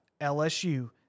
LSU